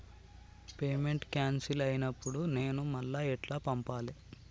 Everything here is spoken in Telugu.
పేమెంట్ క్యాన్సిల్ అయినపుడు నేను మళ్ళా ఎట్ల పంపాలే?